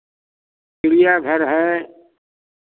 चिड़ियाघर है